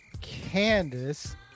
Candace